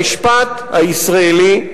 המשפט הישראלי,